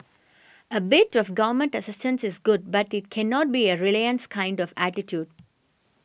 a bit of Government assistance is good but it cannot be a reliance kind of attitude